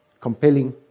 compelling